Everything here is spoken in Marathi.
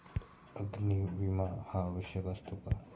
अग्नी विमा हा आवश्यक असतो का?